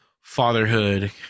fatherhood